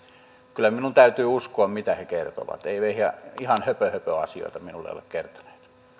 kyllä minun täytyy uskoa mitä he kertovat eivät he ihan höpöhöpöasioita minulle ole kertoneet